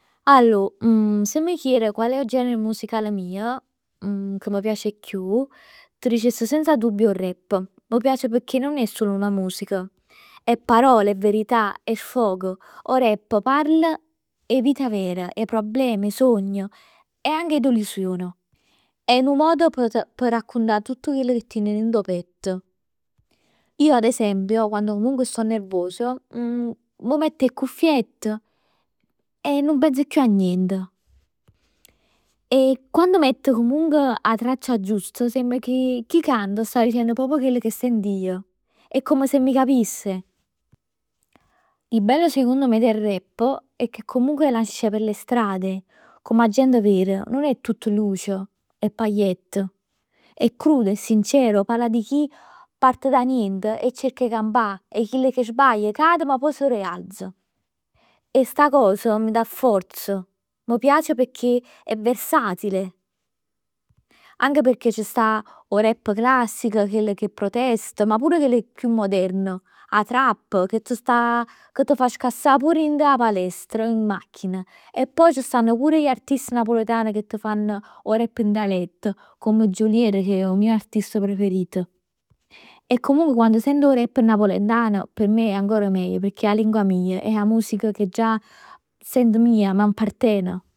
Allor se m' chier qual è 'o genere musicale mij che m' piace 'e chiù, t' dicess senza dubbio 'o rap. Mi piace pecchè nun è sul 'na musica. È parole e verità, è sfogo, 'o rap parl 'e vita vera, 'e problemi, 'e sogn e anche 'e delusion. È nu modo p' raccuntà tutt chell che tien dint 'o pett. Io ad esempio quando comunque sto nervos m' mett 'e cuffiett e nun pens chiù a nient. E quando mett comunque 'a traccia giusta sembra che chi canta sta dicenn proprj chell ca sent ij. È come se mi capisse. Il bello secondo me del rap è che comunque nasce per le strade come 'a gent ver. Nun è tutt luce e pagliett. È crudo e sincero, parla di chi parte da niente e cerc 'e campà. 'E chi sbaglia, cade ma pò s' rialza. E sta cosa mi da forza, m' piace pecchè è versatile. Anche pecchè c' sta 'o rap classico, chell che protesta, ma pur chell chiù moderno. 'A trap che c' sta, che t' fa scassà pur dint 'a palestra o in macchina. E poj c' stann pur gli artisti napoletano che t' fann 'o rap in dialett. Come Geolier che è 'o mio artista preferit. E comunque quann sent 'o rap napoletano p' me è ancora meglio pecchè è 'a lingua mij. È 'a musica che già sento mia e m'apparten.